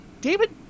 David